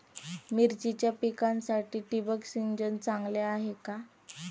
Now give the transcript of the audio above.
मिरचीच्या पिकासाठी ठिबक सिंचन चांगले आहे का?